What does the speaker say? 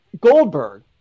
Goldberg